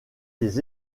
des